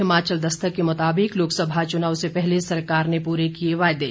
हिमाचल दस्तक के मुताबिक लोकसभा चुनाव से पहले सरकार ने पूरे किए वादे